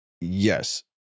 yes